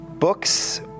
Books